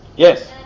Yes